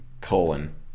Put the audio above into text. colon